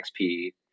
XP